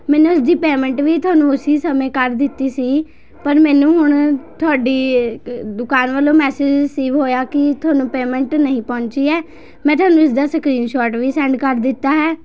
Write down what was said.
ਮੈਨੂੰ ਇਸਦੀ ਪੇਮੈਂਟ ਵੀ ਤੁਹਾਨੂੰ ਉਸੀ ਸਮੇਂ ਕਰ ਦਿੱਤੀ ਸੀ ਪਰ ਮੈਨੂੰ ਹੁਣ ਤੁਹਾਡੀ ਦੁਕਾਨ ਵੱਲੋਂ ਮੈਸਿਜ ਰਸੀਵ ਹੋਇਆ ਕਿ ਤੁਹਾਨੂੰ ਪੇਮੈਂਟ ਨਹੀਂ ਪਹੁੰਚੀ ਹੈ ਮੈਂ ਤੁਹਾਨੂੰ ਇਸਦਾ ਸਕ੍ਰੀਨਸ਼ੋਟ ਵੀ ਸੈਂਡ ਕਰ ਦਿੱਤਾ ਹੈ